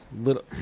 little